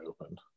opened